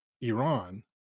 Iran